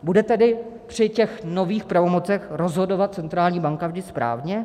Bude tedy při těch nových pravomocech rozhodovat centrální banka vždy správně?